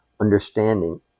understanding